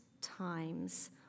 times